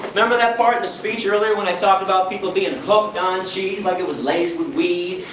remember that part of the speech earlier when i talked about people being hooked on cheese like it was laced with weed,